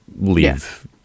leave